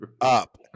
up